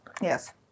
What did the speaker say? Yes